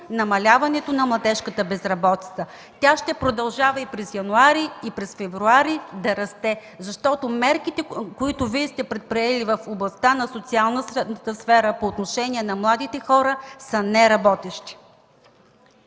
намаляването на младежката безработица. Тя ще продължава и през януари, и през февруари да расте, защото мерките, които Вие сте предприели в областта на социалната сфера по отношение на младите хора са неработещи.